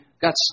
got